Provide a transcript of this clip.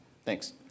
Thanks